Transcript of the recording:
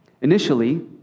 Initially